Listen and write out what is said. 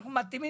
אנחנו מתאימים